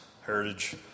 heritage